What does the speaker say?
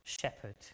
shepherd